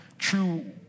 true